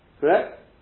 Correct